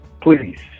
please